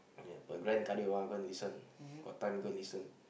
ya but grand cardio ah go and listen got time go and listen